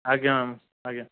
ଆଜ୍ଞା ମ୍ୟାମ୍ ଆଜ୍ଞା